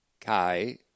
Kai